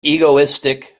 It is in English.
egoistic